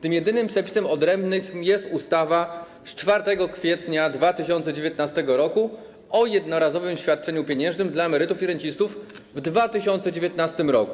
Tym jedynym przepisem odrębnym jest ustawa z dnia 4 kwietnia 2019 r. o jednorazowym świadczeniu pieniężnym dla emerytów i rencistów w 2019 r.